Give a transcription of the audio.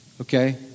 Okay